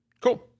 Cool